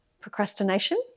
procrastination